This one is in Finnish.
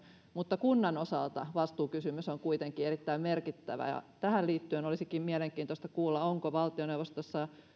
mutta kunnan osalta vastuukysymys on kuitenkin erittäin merkittävä ja tähän liittyen olisikin mielenkiintoista kuulla onko valtioneuvostossa